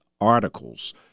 articles